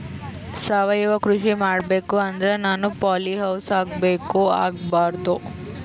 ಸಾವಯವ ಕೃಷಿ ಮಾಡಬೇಕು ಅಂದ್ರ ನಾನು ಪಾಲಿಹೌಸ್ ಹಾಕೋಬೇಕೊ ಹಾಕ್ಕೋಬಾರ್ದು?